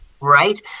right